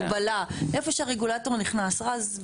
איפה שיש הגבלה, איפה שהרגולטור נכנס, רז.